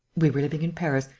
we were living in paris.